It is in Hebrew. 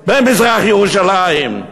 במזרח-ירושלים.